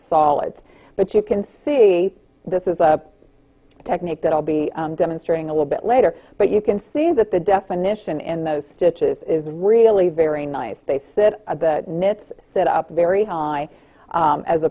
solids but you can see this is a technique that will be demonstrating a little bit later but you can see that the definition in those stitches is really very nice they sit knits set up very high